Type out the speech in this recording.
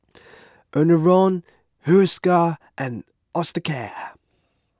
Enervon Hiruscar and Osteocare